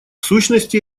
сущности